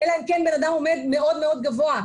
--- אלא אם כן בנאדם עומד מאוד מאוד גבוה.